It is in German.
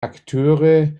akteure